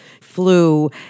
flu